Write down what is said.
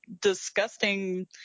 disgusting